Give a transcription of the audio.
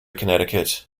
connecticut